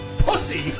PUSSY